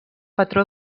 patró